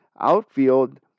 outfield